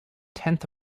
tenth